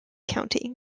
county